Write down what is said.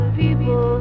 people